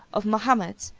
of mahomet,